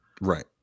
Right